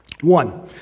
One